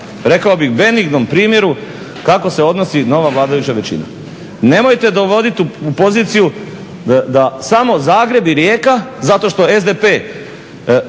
rekao bih benignom primjeru kako se odnosi nova vladajuća većina. Nemojte dovodit u poziciju da samo Zagreb i Rijeka, zato što SDP